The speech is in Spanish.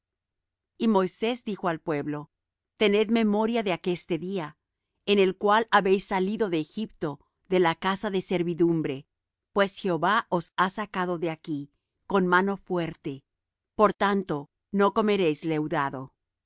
y moisés dijo al pueblo tened memoria de aqueste día en el cual habéis salido de egipto de la casa de servidumbre pues jehová os ha sacado de aquí con mano fuerte por tanto no comeréis leudado